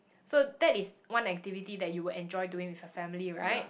so that is one activity that you will enjoy doing with your family right